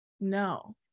No